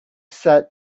said